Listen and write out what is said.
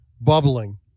bubbling